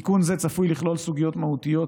תיקון זה צפוי לכלול סוגיות מהותיות,